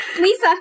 Lisa